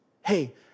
Hey